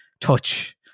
touch